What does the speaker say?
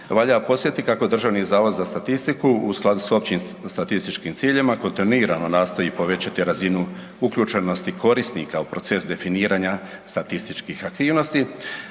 Valja podsjetiti kako Državni zavod za statistiku u skladu sa općim statističkim ciljevima kontinuirano nastoji povećati razinu uključenosti korisnika u proces definiranja statističkih aktivnosti.